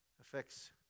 affects